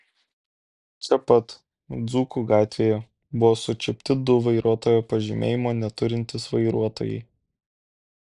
čia pat dzūkų gatvėje buvo sučiupti du vairuotojo pažymėjimo neturintys vairuotojai